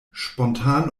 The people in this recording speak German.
spontan